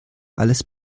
alles